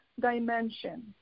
dimension